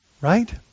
Right